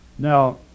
Now